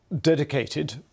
dedicated